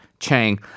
Chang